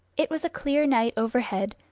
it was a clear night overhead,